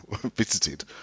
visited